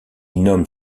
nomme